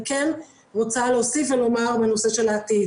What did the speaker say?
אני כן רוצה להוסיף ולומר בנושא של העתיד.